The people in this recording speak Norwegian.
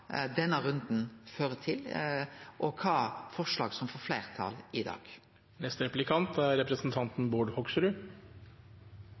denne runden fører til, og kva for forslag som får fleirtal i dag. Det har kommet fram at det nesten er